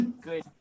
good